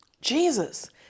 Jesus